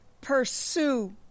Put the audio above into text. pursue